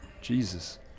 Jesus